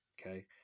Okay